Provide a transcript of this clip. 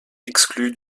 exclu